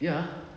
ya